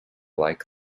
like